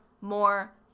more